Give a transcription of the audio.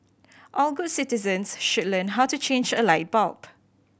all good citizens should learn how to change a light bulb